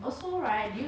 did you go